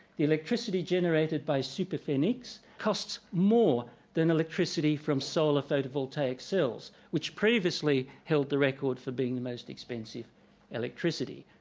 the electricity generated by superphenix costs more than electricity from solar photovoltaic cells which previously held the record for being the most expensive electricity.